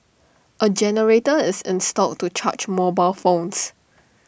A generator is installed to charge mobile phones